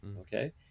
Okay